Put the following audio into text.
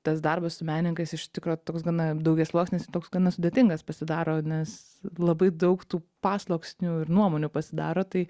tas darbas su menininkais iš tikro toks gana daugiasluoksnis ir toks gana sudėtingas pasidaro nes labai daug tų pasluoksnių ir nuomonių pasidaro tai